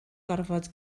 gorfod